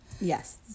Yes